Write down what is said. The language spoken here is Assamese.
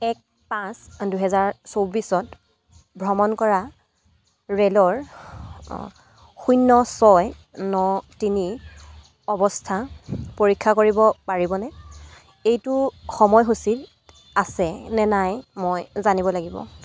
এক পাঁচ দুহেজাৰ চৌবিছত ভ্ৰমণ কৰা ৰে'লৰ শূন্য ছয় ন তিনি অৱস্থা পৰীক্ষা কৰিব পাৰিবনে এইটো সময়সূচীত আছে নে নাই মই জানিব লাগিব